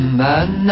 man